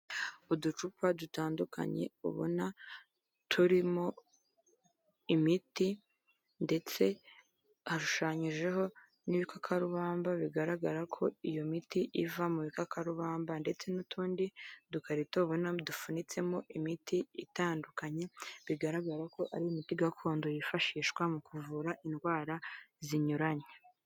Uducupa dutandukanye ubona turimo imiti ndetse hashushanyijeho n'ibikakarubamba, bigaragara ko iyo miti iva mu bikakarubamba ndetse n'utundi dukarito ubona dufunitsemo imiti itandukanye, bigaragara ko ari imiti gakondo yifashishwa mu kuvura indwara zinyuranye.